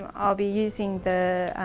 i'll be using the, ah,